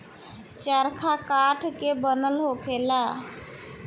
चरखा काठ के बनल होखेला